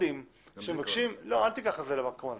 אל תיקח את זה למקום הזה,